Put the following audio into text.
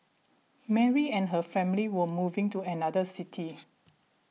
Mary and her family were moving to another city